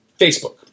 Facebook